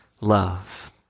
love